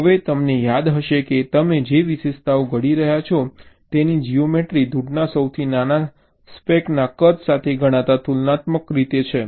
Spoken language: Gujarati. હવે તમને યાદ હશે કે તમે જે વિશેષતાઓ ઘડી રહ્યા છો તેની જીઓમેટ્રી ધૂળના સૌથી નાના સ્પેકના કદ સાથે ગણા તુલનાત્મક છે